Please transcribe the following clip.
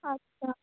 আচ্ছা